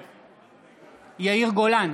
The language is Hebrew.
בעד יאיר גולן,